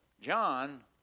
John